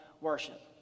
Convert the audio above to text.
worship